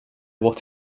what